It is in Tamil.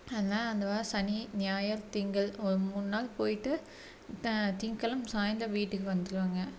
அதனால அந்த வாரம் சனி ஞாயிரு திங்கள் ஒரு மூணு நாள் போயிட்டு த திங்ககெழமை சாயந்திரம் வீட்டுக்கு வந்துருவோமுங்க